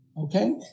Okay